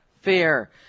fair